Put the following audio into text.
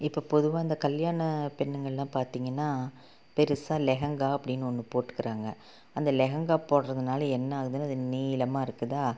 இப்போ பொதுவாக் இந்த கல்யாண பெண்ணுங்க எல்லாம் பார்த்தீங்கனா பெருசாக லெஹங்கா அப்படின்னு ஒன்று போட்டுக்கிறாங்க அந்த லெஹங்கா போடுறதுனால என்ன ஆகுதுனு அது நீளமாக இருக்குதா